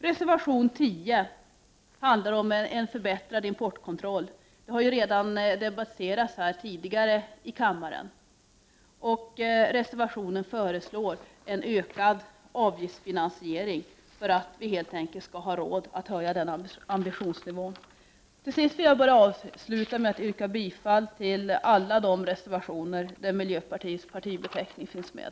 Reservation 10 handlar om en förbättrad importkontroll. Den har redan debatterats tidigare i kammaren. I reservationen föreslås en ökad avgiftsfinansiering för att ambitionsnivån skall kunna höjas. Till sist vill jag avsluta mitt anförande med att yrka bifall till alla de reservationer där miljöpartiets partibeteckning finns med.